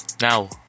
Now